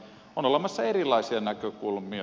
on olemassa erilaisia näkökulmia